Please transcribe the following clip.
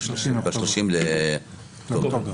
ב-30 באוקטובר.